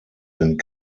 sind